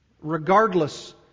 regardless